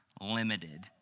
limited